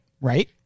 right